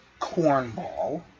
cornball